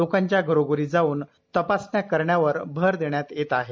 लोकांच्या घरोघरी जाऊन तपासण्या करण्यावर भर देण्यात येत आहे